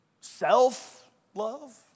Self-love